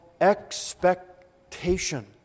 expectation